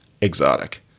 exotic